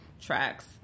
tracks